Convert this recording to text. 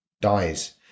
dies